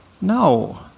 no